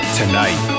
tonight